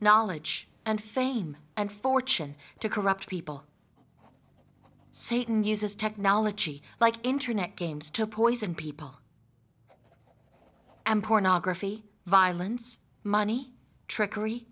knowledge and fame and fortune to corrupt people satan uses technology like internet games to poison people and pornography violence money trickery